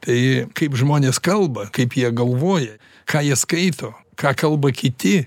tai kaip žmonės kalba kaip jie galvoja ką jie skaito ką kalba kiti